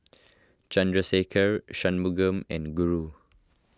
Chandrasekaran Shunmugam and Guru